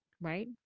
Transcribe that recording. right